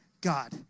God